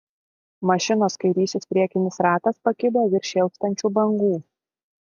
mašinos kairysis priekinis ratas pakibo virš šėlstančių bangų